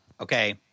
Okay